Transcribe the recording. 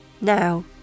Now